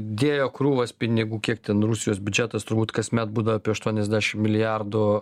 dėjo krūvas pinigų kiek ten rusijos biudžetas turbūt kasmet būdavo apie aštuoniasdešim milijardų